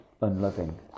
unloving